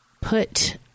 put